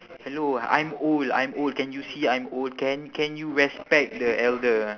hello I'm old I'm old can you see I'm old can can you respect the elder